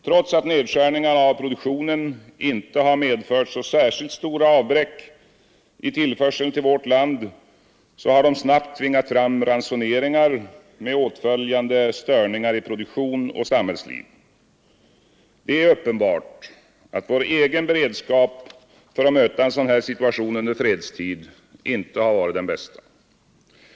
Trots att nedskärningarna av produktionen inte har medfört så särskilt stora avbräck i tillförseln till vårt land har de snabbt tvingat fram ransoneringar med åtföljande störningar i produktion och sam hällsliv. Det är uppenbart att vår egen beredskap för att möta en sådan här situation under fredstid inte har varit den bästa.